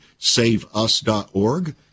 saveus.org